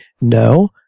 No